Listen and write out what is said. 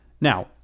Now